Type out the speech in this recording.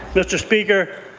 mr. speaker,